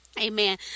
Amen